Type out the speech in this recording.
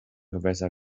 gewässer